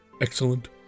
Excellent